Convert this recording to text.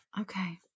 Okay